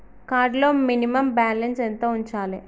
Card లో minimum balance ఎంత ఉంచాలే?